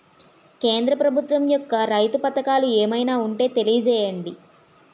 కేంద్ర ప్రభుత్వం యెక్క రైతు పథకాలు ఏమైనా ఉంటే తెలియజేయండి?